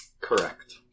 correct